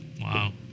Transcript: Wow